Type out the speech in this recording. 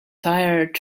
tired